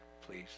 please